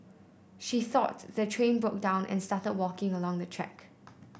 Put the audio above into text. she thought the train broke down and started walking along the track